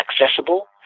accessible